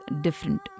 different